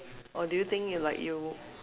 or do you think you like you